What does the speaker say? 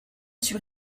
suis